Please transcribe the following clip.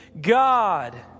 God